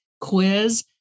quiz